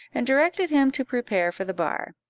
and directed him to prepare for the bar,